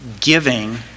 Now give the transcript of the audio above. giving